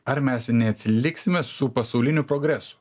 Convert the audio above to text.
ar mes neatsiliksime su pasauliniu progres